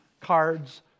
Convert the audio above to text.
cards